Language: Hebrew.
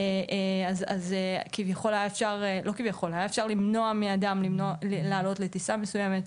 אז אפשר היה למנוע מאדם לעלות לטיסה מסוימת,